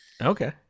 okay